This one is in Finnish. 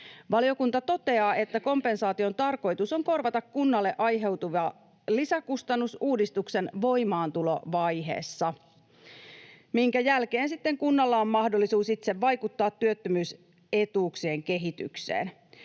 Valiokunta toteaa, että kompensaation tarkoitus on korvata kunnalle aiheutuva lisäkustannus uudistuksen voimaantulovaiheessa, minkä jälkeen sitten kunnalla on mahdollisuus itse vaikuttaa työttömyysetuuksien kehitykseen.